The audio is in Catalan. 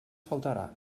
faltarà